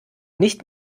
nicht